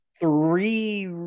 three